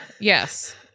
Yes